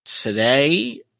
today